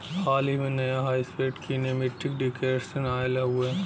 हाल ही में, नया हाई स्पीड कीनेमेटिक डिकॉर्टिकेशन आयल हउवे